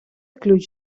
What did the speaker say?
ключ